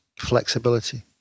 flexibility